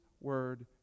Word